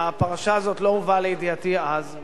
הפרשה הזאת לא הובאה לידיעתי אז.